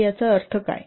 याचा अर्थ काय आहे